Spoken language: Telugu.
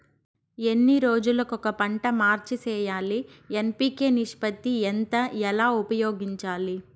ఎన్ని రోజులు కొక పంట మార్చి సేయాలి ఎన్.పి.కె నిష్పత్తి ఎంత ఎలా ఉపయోగించాలి?